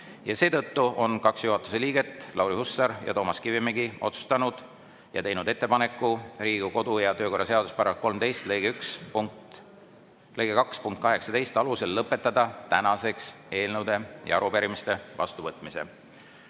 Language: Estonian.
Seetõttu on kaks juhatuse liiget, Lauri Hussar ja Toomas Kivimägi, otsustanud ja teinud ettepaneku Riigikogu kodu‑ ja töökorra seaduse § 13 lõike 2 punkti 18 alusel lõpetada tänaseks eelnõude ja arupärimiste vastuvõtmine. Selle